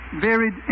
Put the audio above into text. Varied